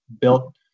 built